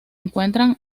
encuentran